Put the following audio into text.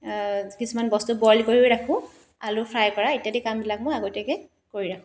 কিছুমান বস্তু বইল কৰিও ৰাখোঁ আলু ফ্ৰাই কৰা ইত্যাদি কামবিলাক মই আগতীয়াকৈ কৰি ৰাখোঁ